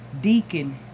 Deacon